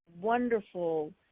wonderful